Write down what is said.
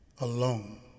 alone